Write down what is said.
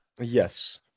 Yes